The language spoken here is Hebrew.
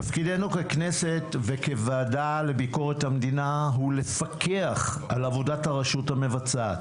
תפקידנו ככנסת וכוועדה לביקורת המדינה הוא לפקח על עבודת הרשות המבצעת,